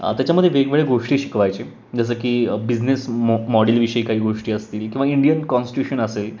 त्याच्यामध्ये वेगवेगळ्या गोष्टी शिकवायचे जसं की बिझनेस मॉ मॉडीलविषयी काही गोष्टी असतील किंवा इंडियन कॉन्स्टिट्युशन असेल